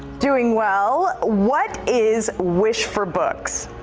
during well what is wish for books.